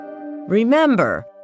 Remember